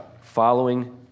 following